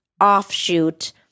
offshoot